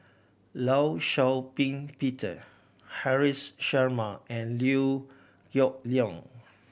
Law Shau Ping Peter Haresh Sharma and Liew Geok Leong